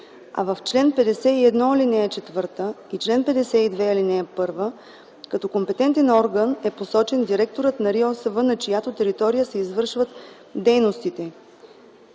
а в чл. 51, ал. 4 и чл. 52, ал. 1 като компетентен орган е посочен директорът на РИОСВ, на чиято територия се извършват дейностите.